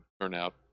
turnout